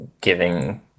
giving